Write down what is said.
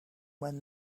when